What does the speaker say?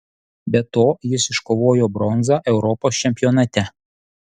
be to jis iškovojo bronzą europos čempionate